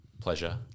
pleasure